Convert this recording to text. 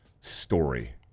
story